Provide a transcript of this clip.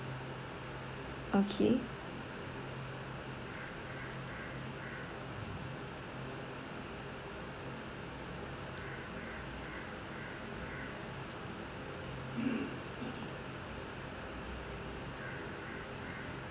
okay